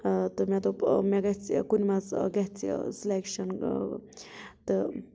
تہٕ مےٚ دوٚپ مےٚ گَژھہِ کُنہِ منٛز گَژھہِ سِلیٚکشن تہٕ